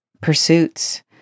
pursuits